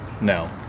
No